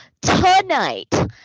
tonight